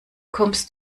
kommst